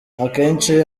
akenshi